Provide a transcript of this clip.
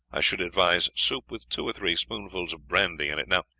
i should advise soup with two or three spoonfuls of brandy in it. now,